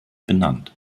benannt